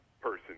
person